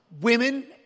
Women